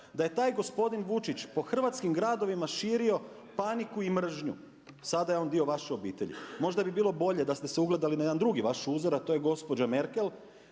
da je taj gospodin Vučić po hrvatskim gradovima širo paniku i mržnju. Sada je on dio vaše obitelji. Možda bi bilo bolje da ste se ugledali na jedan drugi vaš uzor, a to je gospođa Merkel